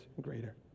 greater